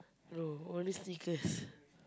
no only Snickers